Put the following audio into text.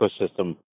ecosystem